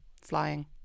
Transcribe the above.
flying